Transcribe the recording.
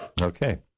Okay